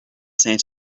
sat